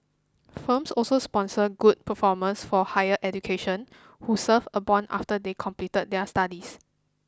firms also sponsor good performers for higher education who serve a bond after they complete their studies